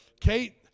Kate